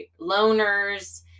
loners